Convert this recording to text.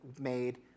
made